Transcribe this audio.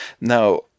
Now